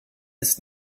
ist